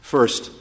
First